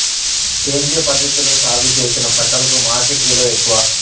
సేంద్రియ పద్ధతిలో సాగు చేసిన పంటలకు మార్కెట్ విలువ ఎక్కువ